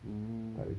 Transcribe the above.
mm